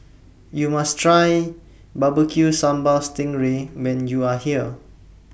YOU must Try Barbecued Sambal Sting Ray when YOU Are here